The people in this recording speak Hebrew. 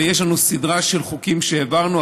ויש לנו סדרה של חוקים שהעברנו.